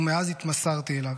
ומאז התמסרתי אליו.